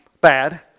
bad